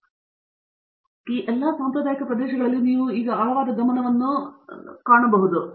ಆದ್ದರಿಂದ ಈ ಎಲ್ಲಾ ಸಾಂಪ್ರದಾಯಿಕ ಪ್ರದೇಶಗಳಲ್ಲಿ ನೀವು ಈಗ ಆಳವಾದ ಗಮನವನ್ನು ಕಾಣಲು ಪ್ರಾರಂಭಿಸುತ್ತಿದ್ದೀರಿ